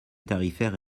tarifaires